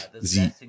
Sie